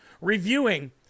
reviewing